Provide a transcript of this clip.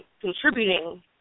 contributing